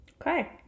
Okay